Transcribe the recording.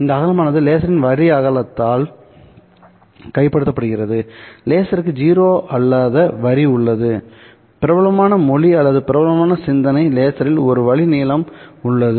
இந்த அகலமானது லேசரின் வரி அகலத்தால் கைப்படுத்தப்படுகிறது லேசருக்கு 0 அல்லாத வரி உள்ளது பிரபலமான மொழி அல்லது பிரபலமான சிந்தனை லேசரில் ஒரு வழி நீளம் உள்ளது